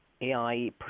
AI